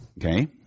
Okay